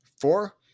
Four